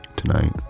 Tonight